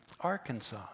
Arkansas